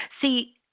See